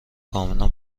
کاملا